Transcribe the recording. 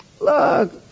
look